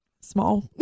small